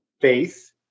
faith